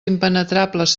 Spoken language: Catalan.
impenetrables